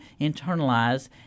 internalize